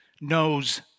knows